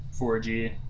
4G